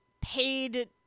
paid